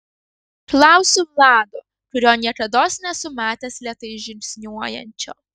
klausiu vlado kurio niekados nesu matęs lėtai žingsniuojančio